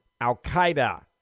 Al-Qaeda